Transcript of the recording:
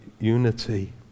unity